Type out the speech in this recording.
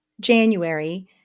January